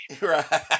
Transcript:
Right